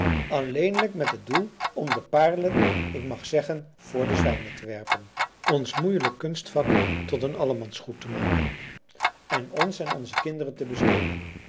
alleenlijk met het doel om de paarlen ik mag zeggen voor de zwijnen te werpen ons moeielijk kunstvak tot een allemans goed te maken en ons en onze kinderen te bestelen